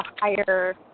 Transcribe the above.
higher